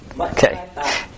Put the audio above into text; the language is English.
Okay